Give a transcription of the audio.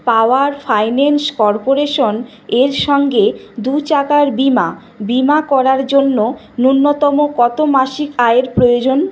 পাওয়ার Finance Corporation এর সঙ্গে দু চাকার বিমা বিমা করার জন্য ন্যূনতম কত মাসিক আয়ের প্রয়োজন